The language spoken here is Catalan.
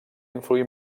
influí